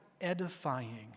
edifying